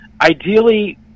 Ideally